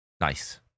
Nice